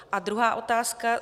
A druhá otázka.